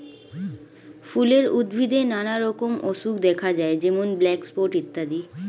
ফুলের উদ্ভিদে নানা রকম অসুখ দেখা যায় যেমন ব্ল্যাক স্পট ইত্যাদি